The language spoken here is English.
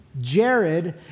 Jared